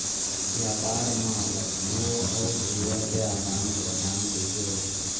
व्यापार मा वस्तुओ अउ सेवा के आदान प्रदान कइसे होही?